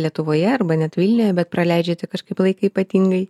lietuvoje arba net vilniuje bet praleidžiate kažkaip laiką ypatingai